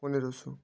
পনেরোশো